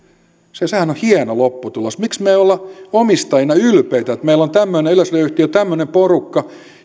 sehän on hieno lopputulos miksi me emme ole omistajina ylpeitä että meillä on tämmöinen yleisradioyhtiö tämmöinen porukka